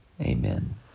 Amen